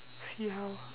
see how ah